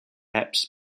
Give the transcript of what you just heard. epps